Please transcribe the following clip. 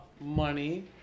money